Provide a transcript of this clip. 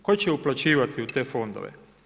Tko će uplaćivati u te fondove.